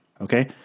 Okay